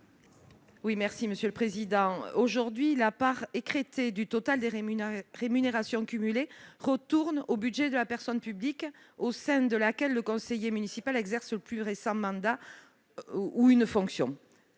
à Mme Maryse Carrère. Aujourd'hui, la part écrêtée du total des rémunérations cumulées retourne au budget de la personne publique au sein de laquelle le conseiller municipal exerce un mandat ou une fonction